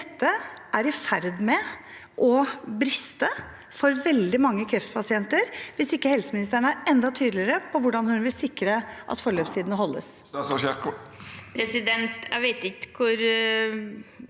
Dette er i ferd med å briste for veldig mange kreftpasienter hvis ikke helseministeren er enda tydeligere på hvordan hun vil sikre at forløpstidene holdes.